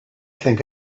think